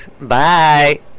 Bye